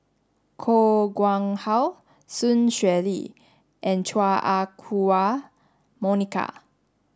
Koh Nguang How Sun Xueling and Chua Ah Huwa Monica